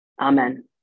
Amen